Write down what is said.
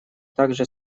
также